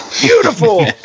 Beautiful